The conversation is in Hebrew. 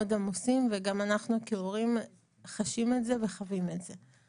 עמוסים וגם אנחנו כהורים חשים את זה וחווים את זה.